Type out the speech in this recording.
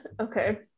Okay